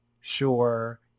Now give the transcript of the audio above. sure